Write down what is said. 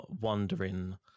wondering